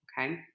Okay